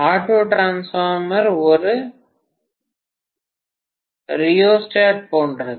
auto transformer ஒரு rheostat போன்றது